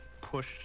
push